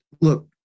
look